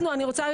רוצה,